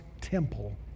temple